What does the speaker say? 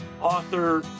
author